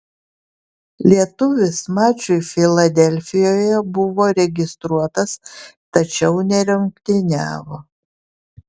lietuvis mačui filadelfijoje buvo registruotas tačiau nerungtyniavo